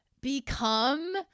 become